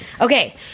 Okay